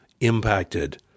impacted